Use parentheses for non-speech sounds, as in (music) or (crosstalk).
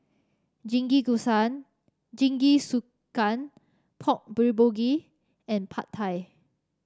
(unintelligible) Jingisukan Pork Bulgogi and Pad Thai